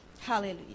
Hallelujah